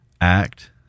act